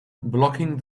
blocking